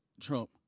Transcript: trump